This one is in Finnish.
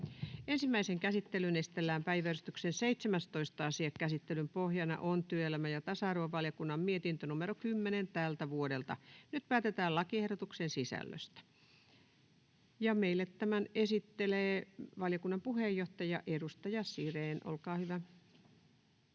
Ensimmäiseen käsittelyyn esitellään päiväjärjestyksen 17. asia. Käsittelyn pohjana on työelämä- ja tasa-arvovaliokunnan mietintö TyVM 10/2024 vp. Nyt päätetään lakiehdotuksen sisällöstä. — Meille tämän esittelee valiokunnan puheenjohtaja, edustaja Sirén. Olkaa hyvä.